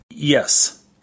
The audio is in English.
Yes